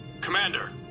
Commander